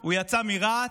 הוא יצא מרהט,